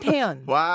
Wow